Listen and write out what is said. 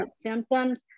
symptoms